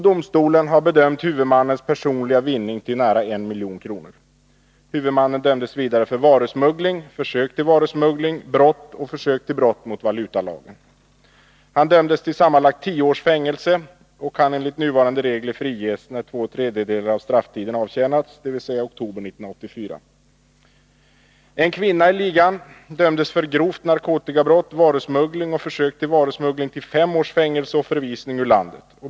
Domstolen har bedömt huvudmannens personliga vinning till nära 1 milj.kr. Huvudmannen dömdes vidare för varusmuggling, försök till varusmuggling, brott mot valutalagen och försök till brott mot valutalagen. Han dömdes till sammanlagt tio års fängelse och kan enligt nuvarande regler friges när två tredjedelar av strafftiden avtjänats, dvs. i oktober 1984. En kvinna i ligan dömdes för grovt narkotikabrott, varusmuggling och försök till varusmuggling till fem års fängelse och förvisning ur landet.